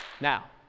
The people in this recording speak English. Now